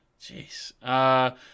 Jeez